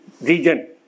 region